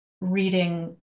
reading